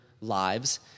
lives